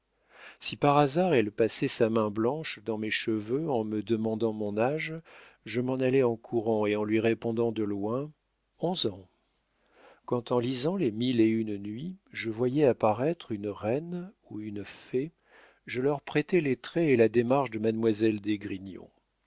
si par hasard elle passait sa main blanche dans mes cheveux en me demandant mon âge je m'en allais en courant et en lui répondant de loin onze ans quand en lisant les mille et une nuits je voyais apparaître une reine ou une fée je leur prêtais les traits et la démarche de mademoiselle